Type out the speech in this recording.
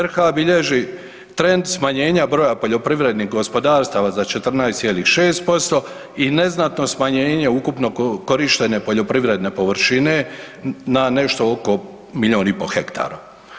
RH bilježi trend smanjenje broja poljoprivrednih gospodarstava za 14,6% i neznatno smanjenje ukupno korištene poljoprivredne površine na nešto oko milijun i pol hektara.